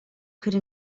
could